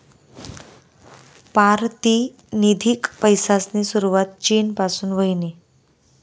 पारतिनिधिक पैसासनी सुरवात चीन पासून व्हयनी